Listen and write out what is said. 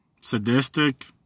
sadistic